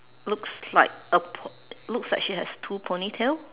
looks like a po~ looks like she had two ponytails